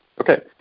Okay